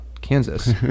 Kansas